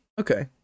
Okay